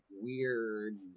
weird